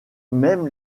même